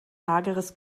hageres